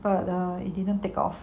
but uh it didn't take off